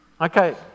Okay